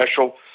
special